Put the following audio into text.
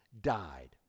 died